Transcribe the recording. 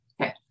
Okay